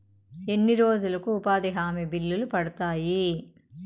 ఎన్ని రోజులకు ఉపాధి హామీ బిల్లులు పడతాయి?